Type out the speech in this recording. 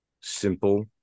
simple